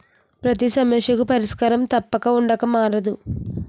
పతి సమస్యకు పరిష్కారం తప్పక ఉండక మానదు